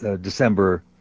December